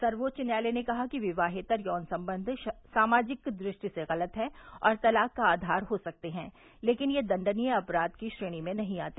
सर्वोच्च न्यायालय ने कहा कि विवाहेतर यौन संबंध सामाजिक दृष्टि से गलत है और तलाक का आधार हो सकते हैं लेकिन यह दंडनीय अपराघ की श्रेणी में नहीं आते